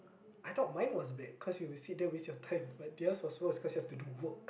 I thought mine was bad cause you sit there waste your time but theirs was worst because you have to do work